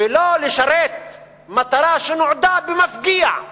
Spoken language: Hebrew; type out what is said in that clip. ולא לשרת מטרה שנועדה במפגיע,